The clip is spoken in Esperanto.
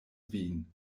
vin